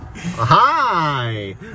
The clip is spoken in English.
Hi